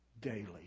daily